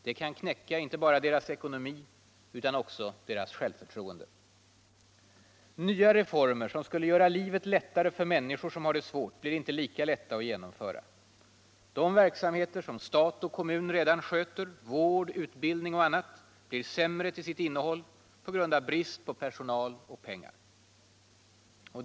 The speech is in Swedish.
Det kan knäcka inte bara deras ekonomi utan också deras självförtroende. Nya reformer som skulle göra livet lättare för människor som har det svårt blir inte lika lätta att genomföra. De verksamheter stat och kommun redan sköter — vård, utbildning och annat — blir sämre till sitt innehåll av brist på personal och pengar.